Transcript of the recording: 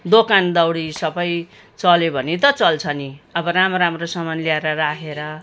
दोकान दौडी सबै चल्यो भने त चल्छ नि अब राम्रो राम्रो समान ल्याएर राखेर